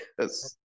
Yes